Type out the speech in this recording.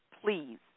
please